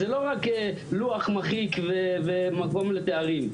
זה לא רק לוח מחיק ומקום לתארים,